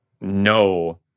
no